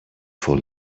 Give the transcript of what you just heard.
for